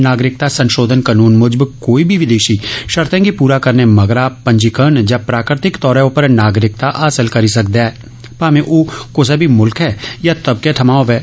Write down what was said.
नागरिकता संशोधन कनून मूजब कोई बी विदेशी शर्ते गी पूरा करने मगरा पंजीकरण जा प्राकृतिक तौरे उप्पर नागरिकता हासल करी सकेदा ऐ पामे ओह कुसै बी मुल्ख जा तबके थमां होवै